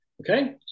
Okay